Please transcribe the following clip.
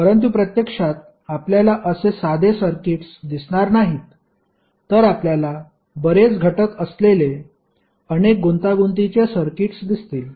परंतु प्रत्यक्षात आपल्याला असे साधे सर्किट्स दिसणार नाहीत तर आपल्याला बरेच घटक असलेले अनेक गुंतागुंतीचे सर्किट्स दिसतील